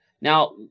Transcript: Now